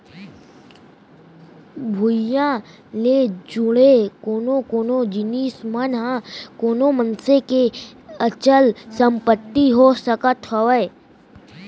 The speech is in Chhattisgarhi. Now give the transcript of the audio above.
भूइयां ले जुड़े कोन कोन जिनिस मन ह कोनो मनसे के अचल संपत्ति हो सकत हवय?